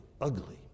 ugly